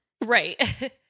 Right